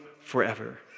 forever